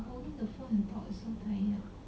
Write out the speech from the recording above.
the phone 送 tyre